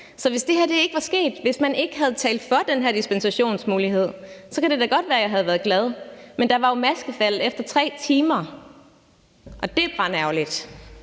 Så hvis det her ikke var sket, hvis man ikke havde talt for den her dispensationsmulighed, så kan det da godt være, at jeg havde været glad. Men der var jo maskefald efter 3 timer, og det er brandærgerligt.